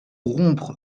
rompre